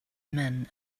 men